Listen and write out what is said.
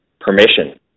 permission